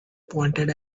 pointed